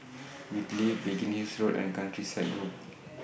Whitley Biggin Ill's Road and Countryside Grove